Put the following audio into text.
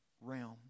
realm